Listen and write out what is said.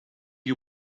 you